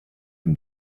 them